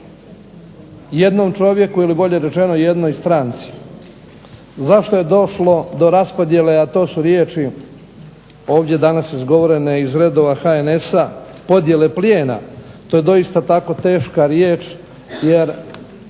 jednom čovjeku ili bolje rečeno jednoj stranci. Zašto je došlo do raspodjele, a to su riječi ovdje danas izgovorene iz redova HNS-a, podjele plijena. To je doista tako teška riječ jer